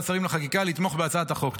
השרים לחקיקה היא לתמוך בהצעת החוק.